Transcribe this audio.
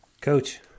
Coach